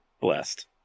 blessed